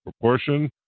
proportion